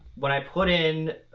when i put in